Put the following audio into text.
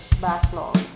backlog